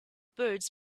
birds